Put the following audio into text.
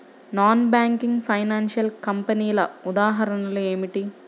Non banking financial కంపెనీల ఉదాహరణలు ఏమిటి?